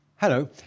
Hello